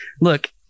look